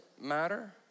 matter